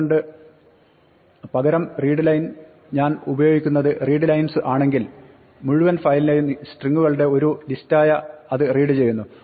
അതുകൊണ്ട് പകരം readline ഞാൻ ഉപയോഗിക്കുന്നത് readlines ആണെങ്കിൽ മുഴുവൻ ഫയലിനെയും സ്ട്രിങ്ങുകളുടെ ഒരു ലിസ്റ്റായ അത് റീഡ് ചെയ്യുന്നു